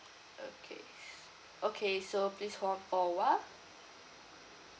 okay s~ okay so please hold on for a while